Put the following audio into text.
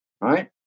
right